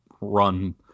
run